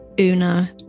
Una